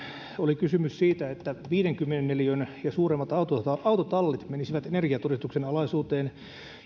oli kysymys siitä että viidenkymmenen neliön ja suuremmat autotallit autotallit menisivät energiatodistuksen alaisuuteen